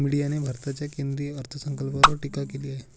मीडियाने भारताच्या केंद्रीय अर्थसंकल्पावर टीका केली आहे